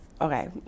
okay